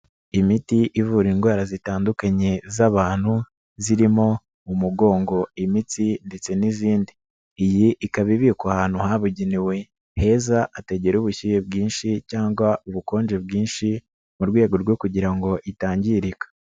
IImiti ivura indwara zitandukanye z'abantu zirimo umugongo, imitsi ndetse n'izindi. Iyi ikaba ibikwa ahantu habugenewe heza hatagera ubushyuhe bwinshi cyangwa ubukonje bwinshi mu rwego rwo kugira ngo itangirika.